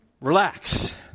relax